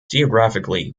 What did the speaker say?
geographically